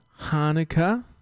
Hanukkah